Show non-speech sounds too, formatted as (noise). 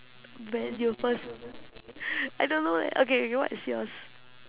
when you first (noise) I don't know leh okay okay what is yours